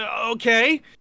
Okay